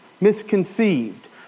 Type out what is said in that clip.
misconceived